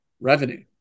revenue